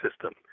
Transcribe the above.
system